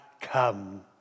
come